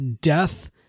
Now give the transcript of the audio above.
death